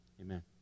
amen